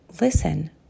listen